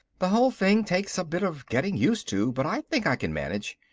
the whole thing takes a bit of getting used to, but i think i can manage.